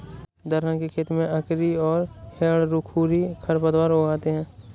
दलहन के खेत में अकरी और हिरणखूरी खरपतवार उग आते हैं